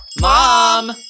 Mom